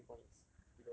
then her rank point is